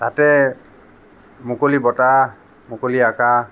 তাতে মুকলি বতাহ মুকলি আকাশ